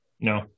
No